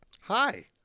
Hi